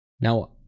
Now